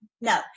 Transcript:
no